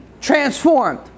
transformed